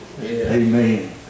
Amen